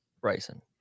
bryson